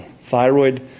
thyroid